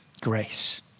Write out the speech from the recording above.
grace